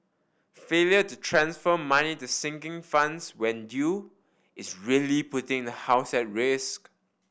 failure to transfer money to sinking funds when due is really putting the house at risk